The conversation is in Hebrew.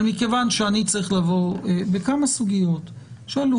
אבל מכיוון שאני צריך לבוא בכמה סוגיות שעלו